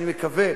ואני מקווה